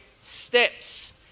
steps